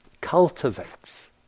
Cultivates